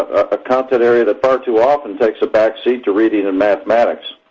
a content area that far too often takes a backseat to reading and mathematics.